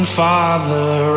father